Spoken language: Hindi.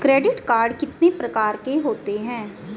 क्रेडिट कार्ड कितने प्रकार के होते हैं?